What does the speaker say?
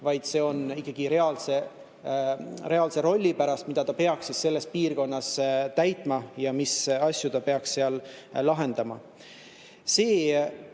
vaid see on ikkagi reaalse rolli pärast, mida ta peaks selles piirkonnas täitma ja mis asju ta peaks seal lahendama.